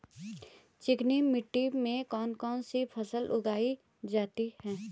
चिकनी मिट्टी में कौन कौन सी फसल उगाई जाती है?